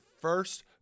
first